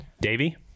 Davey